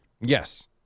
Yes